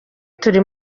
turi